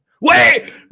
Wait